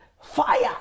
fire